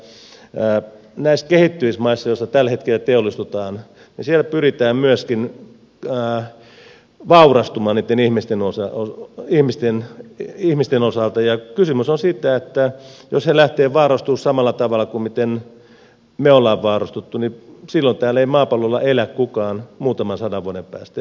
näissä kehittyvissä maissa joissa tällä hetkellä teollistutaan pyritään myöskin vaurastumaan niitten ihmisten osalta ja kysymys on siitä että jos he lähtevät vaurastumaan samalla tavalla kuin me olemme vaurastuneet niin silloin täällä ei maapallolla elä kukaan muutaman sadan vuoden päästä